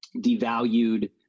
devalued